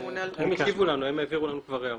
הם השיבו לנו, הם העבירו לנו כבר הערות.